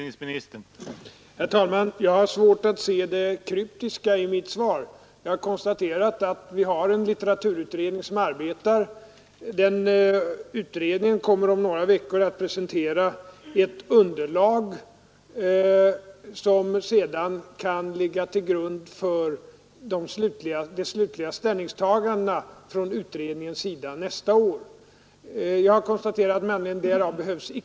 Jag har konstaterat att det med anledning därav icke behövs tilläggsdirektiv, och jag förmodar att herr Takman är tillfredsställd med att de ursprungliga direktiven ger möjligheter att ta upp dessa problem. Jag förutsätter väl att man också inom utredningen diskuterat det norska systemet. Om jag inte missminner mig, har utredningen varit i Norge och studerat detta system.